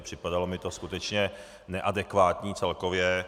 Připadalo mi to skutečně neadekvátní celkově.